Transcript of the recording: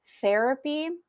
therapy